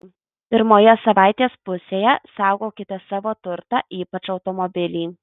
pirmoje savaitės pusėje saugokite savo turtą ypač automobilį